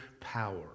power